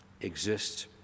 exists